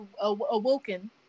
awoken